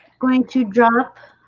going to drum up